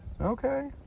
Okay